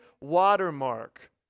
watermark